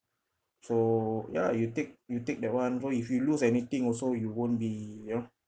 so ya you take you take that one so if you lose anything also you won't be you know